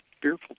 fearful